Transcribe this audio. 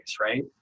right